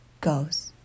goes